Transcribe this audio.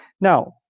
now